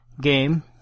game